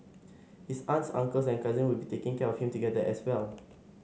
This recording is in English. his aunts uncles and cousin will be taking care of him together as well